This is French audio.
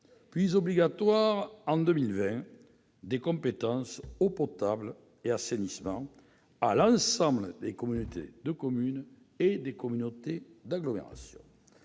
puis obligatoire en 2020, des compétences « eau potable » et « assainissement » à l'ensemble des communautés de communes et des communautés d'agglomération.